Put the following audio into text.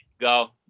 Go